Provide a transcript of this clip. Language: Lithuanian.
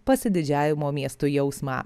pasididžiavimo miestu jausmą